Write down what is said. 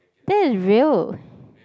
that's real